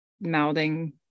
mouthing